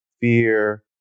Fear